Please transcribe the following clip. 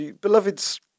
Beloved's